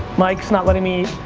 mike's not letting me eat,